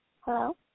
Hello